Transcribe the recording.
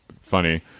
funny